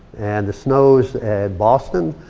and the snow's at boston,